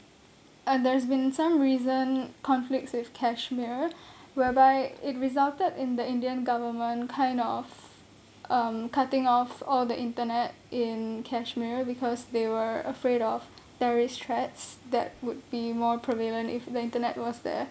uh there has been some recent conflicts with kashmir whereby it resulted in the indian government kind of um cutting off all the internet in kashmir because they were afraid of terrorist threats that would be more prevalent if the internet was there